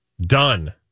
done